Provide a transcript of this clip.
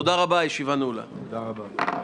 תודה רבה,